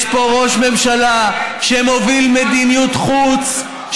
יש פה ראש ממשלה שמוביל מדיניות חוץ,